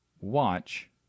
Watch